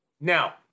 Now